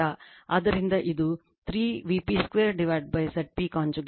ಆದ್ದರಿಂದ ಇದು 3 Vp2 Zp conjugate